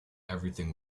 everything